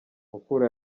mukura